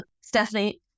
Stephanie